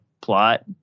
plot